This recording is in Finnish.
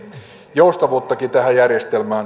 joustavuuttakin tähän järjestelmään